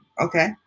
okay